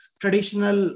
traditional